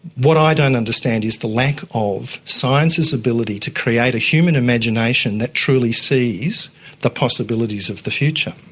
what i don't understand is the lack of science's ability to create a human imagination that truly sees the possibilities of the future.